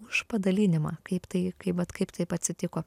už padalinimą kaip tai kai vat kaip taip atsitiko